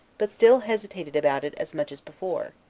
but still hesitated about it as much as before.